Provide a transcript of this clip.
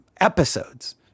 episodes